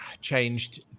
changed